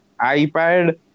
iPad